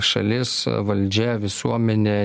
šalis valdžia visuomenė